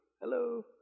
Hello